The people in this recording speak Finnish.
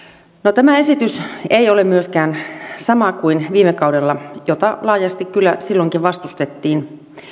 tämä esitys ei ole myöskään sama kuin viime kaudella jota laajasti kyllä silloinkin vastustettiin